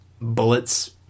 bullets